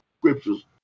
scriptures